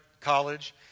college